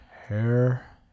hair